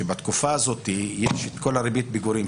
שבתקופה הזאת יש את כל הריבית פיגורים,